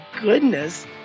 goodness